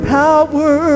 power